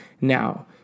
now